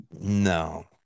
No